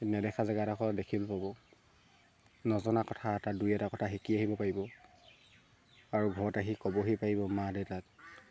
নেদেখা জেগা এডখৰ দেখিব পাব নজনা কথা এটা দুই এটা কথা শিকি আহিব পাৰিব আৰু ঘৰত আহি ক'বহি পাৰিব মা দেউতাক